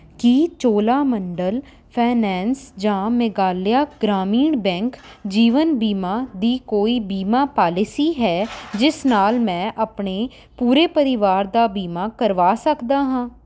ਕੀ Cholamandalam finance ਜਾਂ Meghalaya Gramin bank ਜੀਵਨ ਬੀਮਾ ਦੀ ਕੋਈ ਬੀਮਾ ਪਾਲਿਸੀ ਹੈ ਜਿਸ ਨਾਲ ਮੈਂ ਆਪਣੇ ਪੂਰੇ ਪਰਿਵਾਰ ਦਾ ਬੀਮਾ ਕਰਵਾ ਸਕਦਾ ਹਾਂ